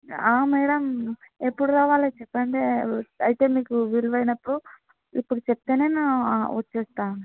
madam ఎప్పుడు రావాలో చెప్పండి అయితే మీకు వీలు అయినప్పుడు ఇప్పుడు చెప్తే నేను వస్తాను